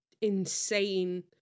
insane